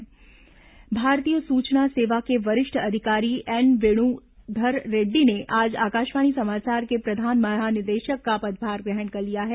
प्रधान महानिदेशक पदभार भारतीय सूचना सेवा के वरिष्ठ अधिकारी एन वेणुधर रेड्डी ने आज आकाशवाणी समाचार के प्रधान महानिदेशक का पदभार ग्रहण कर लिया है